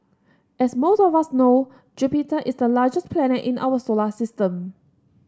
as most of us know Jupiter is the largest planet in our solar system